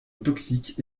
toxiques